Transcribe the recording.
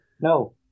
no